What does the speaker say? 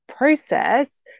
process